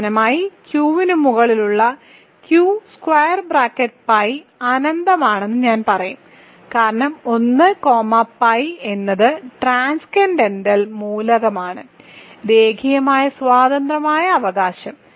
അവസാനമായി Q ന് മുകളിലുള്ള Qπ അനന്തമാണെന്ന് ഞാൻ പറയും കാരണം 1 കോമ π എന്നത് ട്രാൻസെൻഡെന്റൽ മൂലകമാണ് രേഖീയമായി സ്വതന്ത്രമായ അവകാശം